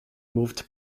moved